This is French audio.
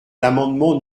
l’amendement